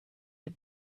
the